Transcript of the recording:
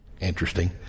interesting